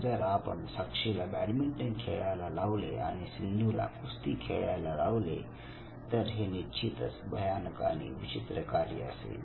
जर आपण साक्षीला बॅडमिंटन खेळायला लावले आणि सिंधूला कुस्ती खेळायला लावले तर हे निश्चितच भयानक आणि विचित्र कार्य असेल